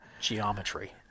geometry